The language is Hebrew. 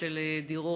דירות.